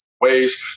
ways